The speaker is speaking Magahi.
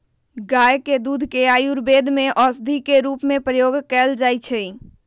गाय के दूध के आयुर्वेद में औषधि के रूप में प्रयोग कएल जाइ छइ